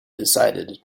decided